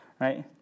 right